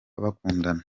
bakundana